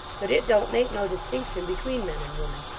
that it don't make no distinction between men and women.